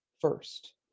first